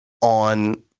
on